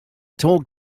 talk